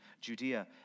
Judea